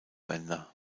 bänder